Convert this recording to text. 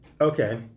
okay